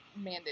mandated